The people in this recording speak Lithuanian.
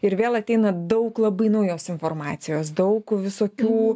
ir vėl ateina daug labai naujos informacijos daug visokių